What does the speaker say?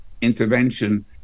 intervention